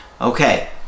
Okay